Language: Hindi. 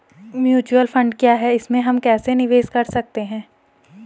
म्यूचुअल फण्ड क्या है इसमें हम कैसे निवेश कर सकते हैं?